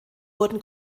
wurden